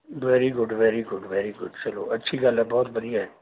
very good very good very good ਚਲੋ ਅੱਛੀ ਗੱਲ ਹੈ ਬਹੁਤ ਵਧੀਆ